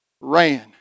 ran